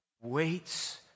waits